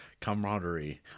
camaraderie